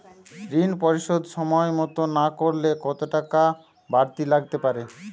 ঋন পরিশোধ সময় মতো না করলে কতো টাকা বারতি লাগতে পারে?